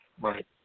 Right